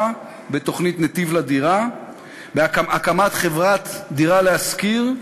בתוכנית "נתיב לדירה"; הקמת חברת "דירה להשכיר",